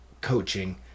coaching